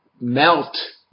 melt